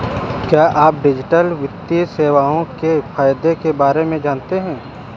क्या आप डिजिटल वित्तीय सेवाओं के फायदों के बारे में जानते हैं?